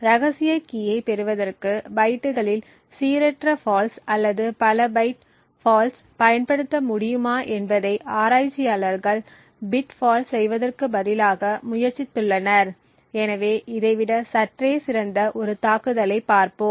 ரகசிய கீயை பெறுவதற்கு பைட்டுகளில் சீரற்ற ஃபால்ட்ஸ் அல்லது பல பைட் ஃபால்ஸ் பயன்படுத்த முடியுமா என்பதை ஆராய்ச்சியாளர்கள் பிட் ஃபால்ட் செய்வதற்குப் பதிலாக முயற்சித்துள்ளனர் எனவே இதைவிட சற்றே சிறந்த ஒரு தாக்குதலைப் பார்ப்போம்